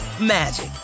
magic